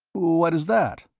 what is that?